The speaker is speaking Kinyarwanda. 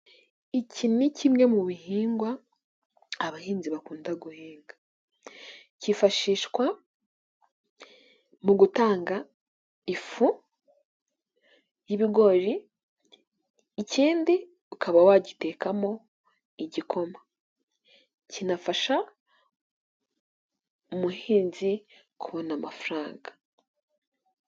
Iki ni kimwe mu bihingwa abahinzi bakunda guhinga, cyifashishwa mu gutanga ifu y'ibigori ikindi ukaba wagitekamo igikoma, kinafasha umuhinzi kubona amafaranga.